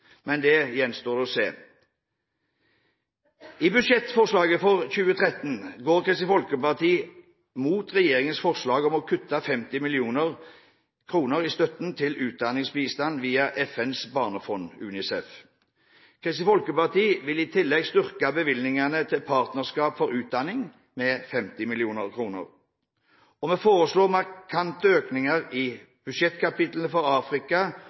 Men det gjenstår å se. I budsjettforslaget for 2013 går Kristelig Folkeparti mot regjeringens forslag om å kutte 50 mill. kr i støtten til utdanningsbistand via FNs barnefond, UNICEF. Kristelig Folkeparti vil i tillegg styrke bevilgningen til Globalt partnerskap for utdanning med 50 mill. kr. Og vi foreslår markante økninger i budsjettkapitlene for Afrika